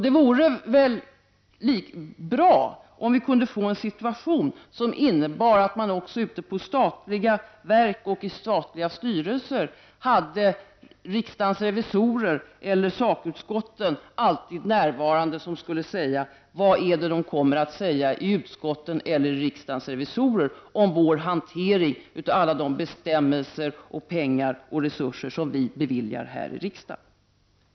Det vore bra om vi kunde få en situation som innebär att man även ute på statliga verk och i statliga styrelser hade riksdagens revisorer eller sakutskotten alltid närvarande i tankarna och att man skulle säga: Vad är det de kommer att säga i utskotten eller hos riksdagens revisorer om vår hantering av alla de bestämmelser, pengar och resurser som beviljas av riksdagen?